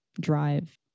drive